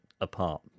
apart